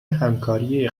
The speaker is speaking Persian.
همکاری